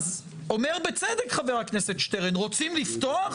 אומר בצדק חבר הכנסת שטרן, רוצים לפתוח,